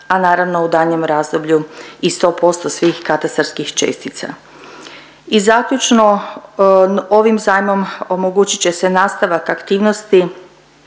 a naravno u daljnjem razdoblju i 100% svih katastarskih čestica. I zaključno ovim zajmom omogućit će se nastavak aktivnosti